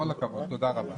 כל הכבוד, תודה רבה.